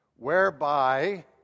whereby